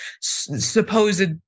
supposed